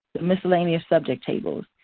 the miscellaneous subject tables.